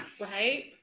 Right